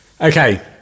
Okay